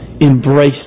embrace